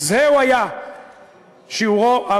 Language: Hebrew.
זה היה שיעורו של